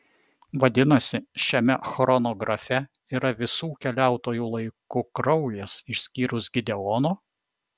vadinasi šiame chronografe yra visų keliautojų laiku kraujas išskyrus gideono